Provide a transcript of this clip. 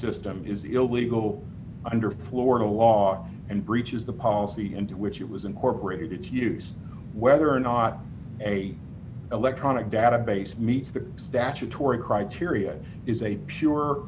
system is illegal under florida law and breaches the policy in which it was incorporated to use whether or not a electronic database meets the statutory criteria is a pure